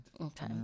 Okay